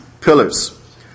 pillars